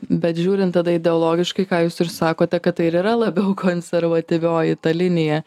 bet žiūrint tada ideologiškai ką jūs ir sakote kad tai ir yra labiau konservatyvioji ta linija